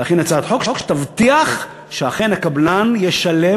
להכין הצעת חוק שתבטיח שאכן הקבלן ישלם